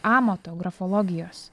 amato grafologijos